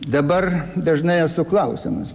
dabar dažnai esu klausiamas